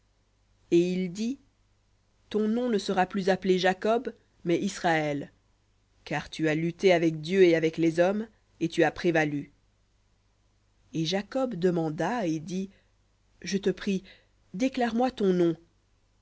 et il dit ton nom ne sera plus appelé jacob mais israël car tu as lutté avec dieu et avec les hommes et tu as prévalu et jacob demanda et dit je te prie déclare moi ton nom